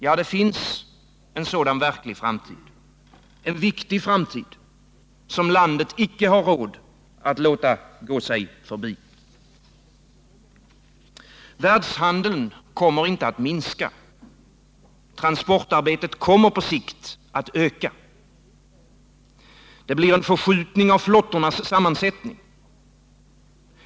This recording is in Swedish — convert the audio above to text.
Ja, det finns en sådan verklig framtid, en viktig framtid som landet icke har råd att låta gå sig förbi. Världshandeln kommer inte att minska. Transportarbetet kommer på sikt att öka. Det blir en förskjutning av flottornas sammansättning.